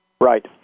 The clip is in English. Right